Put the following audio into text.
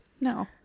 No